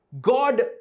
God